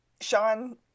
Sean